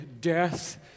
death